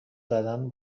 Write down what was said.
زدن